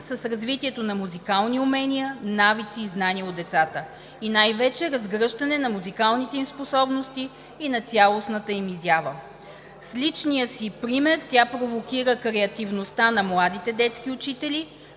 с развитието на музикални умения, навици и знания от децата и най-вече – разгръщане на музикалните им способности и на цялостната им изява. С личния си пример тя провокира креативността на младите детски учители,